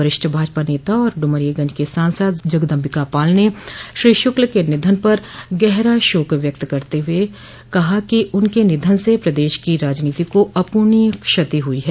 वरिष्ठ भाजपा नेता और ड्रमरियागंज के सांसद जगदम्बिकापाल ने श्री शुक्ल के निधन पर गहरा शोक व्यक्त करते हुए कहा कि श्री शुक्ल के निधन से प्रदेश की राजनीति को अपूर्णनीय क्षति हुई है